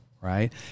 right